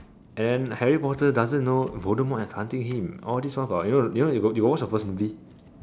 and then Harry Potter doesn't know voldemort is hunting him all this while you know you got you got watch the first movie